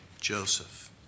Joseph